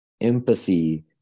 Empathy